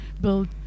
build